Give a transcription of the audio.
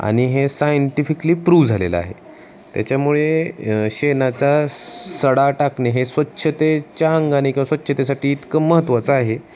आणि हे scientifically prove झालेलं आहे त्याच्यामुळे शेणाचा सडा टाकणे हे स्वच्छतेच्या अंगाने किंवा स्वच्छतेसाठी इतकं महत्त्वाचं आहे